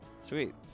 Sweet